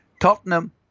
Tottenham